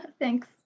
Thanks